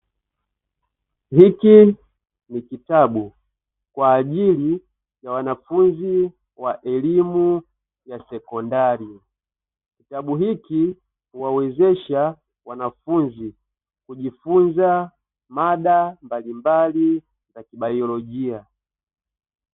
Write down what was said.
Hiki ni kitabu kwa ajili ya wanafunzi wa elimu ya sekondari, kitabu hiki huwawezesha wanafunzi kujifunza mada mbalimbali na kibaiolojia.